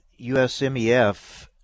USMEF